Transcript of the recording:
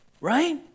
Right